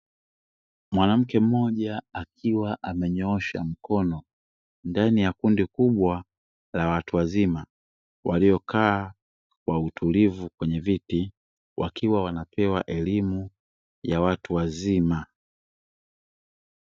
Mwanamke mmoja akiwa amenyoosha mkono ndani ya kundi kubwa la watu wazima waliokaa wa utulivu kwenye viti wakiwa wanapewa elimu ya watu wazima